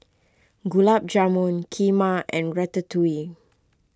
Gulab Jamun Kheema and Ratatouille